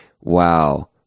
wow